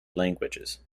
languages